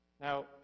Now